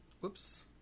Whoops